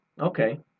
Okay